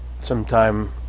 sometime